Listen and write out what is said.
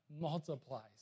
multiplies